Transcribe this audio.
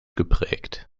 geprägt